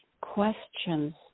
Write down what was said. questions